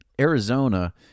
Arizona